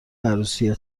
عروسی